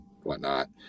whatnot